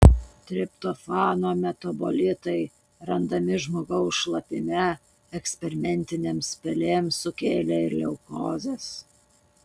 triptofano metabolitai randami žmogaus šlapime eksperimentinėms pelėms sukėlė ir leukozes